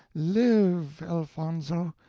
live, elfonzo!